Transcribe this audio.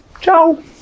Ciao